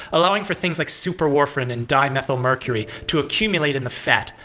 allowing for things like superwarfarin and dimethylmercury to accumulate in the fat,